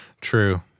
True